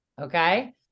Okay